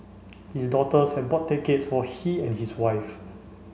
his daughters had bought tickets for he and his wife